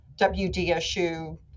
WDSU